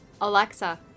Alexa